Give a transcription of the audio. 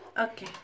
Okay